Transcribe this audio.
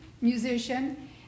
musician